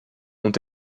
ont